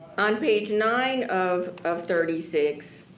on page nine of of thirty six,